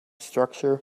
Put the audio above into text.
structure